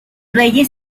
reyes